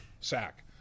sack